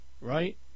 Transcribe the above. Right